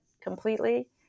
completely